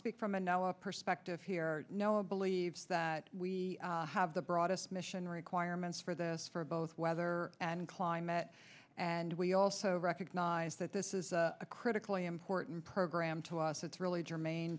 speak from a now up perspective here no i believe that we have the broadest mission requirements for this for both weather and climate and we also recognize that this is a critically important program to us that's really germane